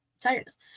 tiredness